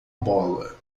bola